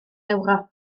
ewrop